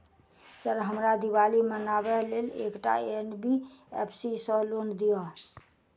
Sir हमरा दिवाली मनावे लेल एकटा एन.बी.एफ.सी सऽ लोन दिअउ?